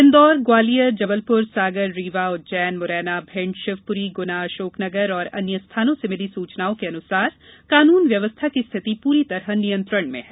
इंदौर ग्वालियर जबलपुर सागर रीवा उज्जैन मुरैना भिन्ड शिवपुरी गुना अशोकनगर और अन्य स्थानों से मिली सूचनाओं के अनुसार कानून व्यवस्था की स्थिति पूरी तरह नियंत्रण में है